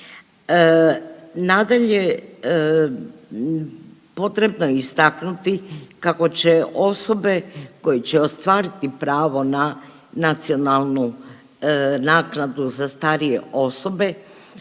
Nadalje, potrebno je istaknuti kako će osobe koje će ostvariti pravo na nacionalnu naknadu za starije osobe,